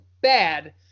bad